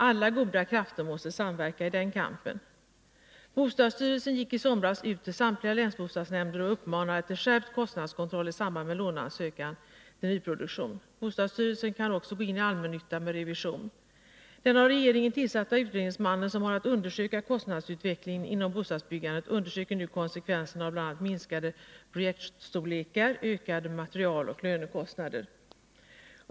Alla goda krafter måste samverka i den kampen. Bostadsstyrelsen gick i somras ut till samtliga länsbostadsnämnder och uppmanade till skärpt kostnadskontroll i samband med låneansökan för nyproduktion. Bostadsstyrelsen kan också gå in i allmännyttan med revision. Den av regeringen tillsatte utredningsman som har att undersöka kostnadsutvecklingen inom bostadsbyggandet undersöker nu konsekvenserna av bl.a. minskade projektstorlekar samt ökade materialoch lönekostnader.